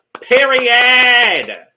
Period